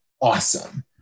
awesome